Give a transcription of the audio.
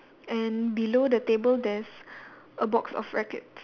and below the table there's a box of rackets